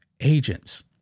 agents